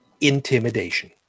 intimidation